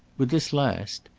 would this last?